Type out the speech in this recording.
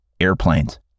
airplanes